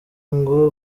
ngo